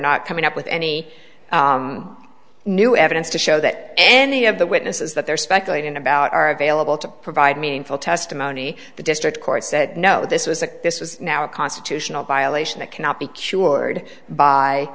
not coming up with any new evidence to show that any of the witnesses that they're speculating about are available to provide meaningful testimony the district court said no this was a this was now a constitutional violation that cannot be cured by